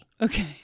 Okay